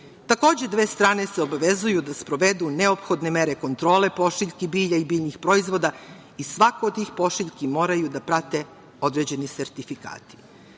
Takođe, dve strane se obavezuju da sprovedu neophodne mere kontrole pošiljki bilja i biljnih proizvoda i svaku od tih pošiljki moraju da prate određeni sertifikati. Karantin